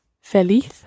Feliz